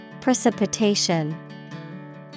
Precipitation